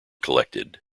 collected